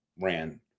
ran